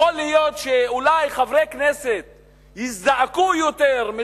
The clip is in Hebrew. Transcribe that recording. יכול להיות שאולי חברי כנסת יזדעקו יותר אם